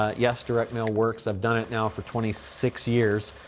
ah yes, direct mail works, i've done it now for twenty six years.